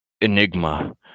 enigma